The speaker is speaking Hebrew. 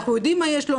אנחנו יודעים מה יש לו,